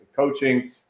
coaching